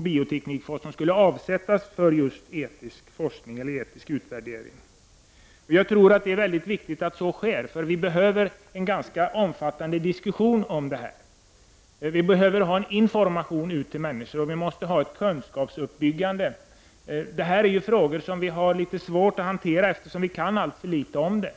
bioteknikforskning skulle avsättas för just etisk forskning och etisk utvärdering. Jag tror att det är mycket viktigt att detta sker. Det behövs en ganska omfattande diskussion om detta. Människor behöver informeras och kunskapen måste byggas upp. Detta är frågor som är litet svåra att hantera, efter som vi kan alltför litet.